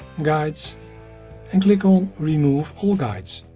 guides and click on remove all guides.